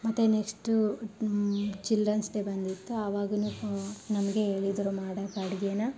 ಮತ್ತು next children's day ಬಂದಿತ್ತು ಆವಾಗಲೂ ನಮಗೆ ಹೇಳಿದರು ಮಾಡೋಕೆ ಅಡುಗೆನ